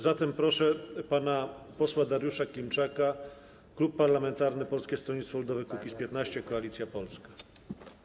Zatem proszę pana posła Dariusza Klimczaka, Klub Parlamentarny Polskie Stronnictwo Ludowe - Kukiz15 - Koalicja Polska.